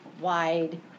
wide